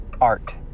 art